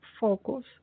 focus